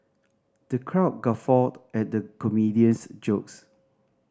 the crowd guffawed at the comedian's jokes